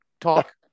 talk